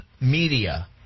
media